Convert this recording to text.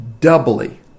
doubly